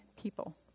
people